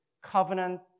covenant